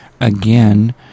again